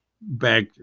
back